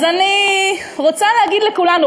אז אני רוצה להגיד לכולנו,